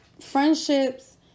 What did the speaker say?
friendships